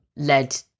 Led